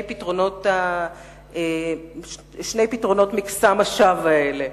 ישראל, לרבות המשנה לנגיד פרופסור